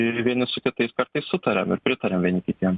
vieni su kitais kartais sutariame pritariame vieni kitiems